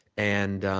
and